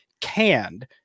canned